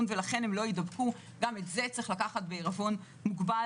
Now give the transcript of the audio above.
ולכן הם לא יידבקו - גם את זה צריך לקחת בעירבון מוגבל.